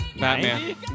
Batman